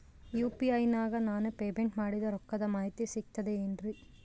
UPI ನಾಗ ನಾನು payment ಮಾಡಿದ ರೊಕ್ಕದ ಮಾಹಿತಿ ಸಿಕ್ತದೆ ಏನ್ರಿ?